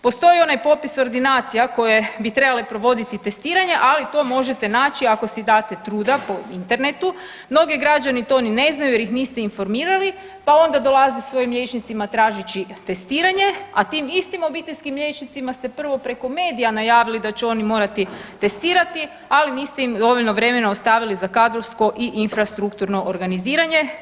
Postoji onaj popis ordinacija koje bi trebale provoditi testiranje, ali to možete naći ako si date truda po internetu, mnogi građani to ni ne znaju jer ih niste informirali pa onda dolaze svojim liječnicima tražeći testiranje, a tim istim obiteljskim liječnicima ste prvo preko medija najavili da će oni morati testirati, ali niste im dovoljno vremena ostavili za kadrovsko i infrastrukturno organiziranje.